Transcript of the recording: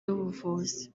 y’ubuvuzi